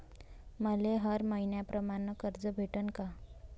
मले हर मईन्याप्रमाणं कर्ज भेटन का?